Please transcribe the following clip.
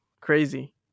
crazy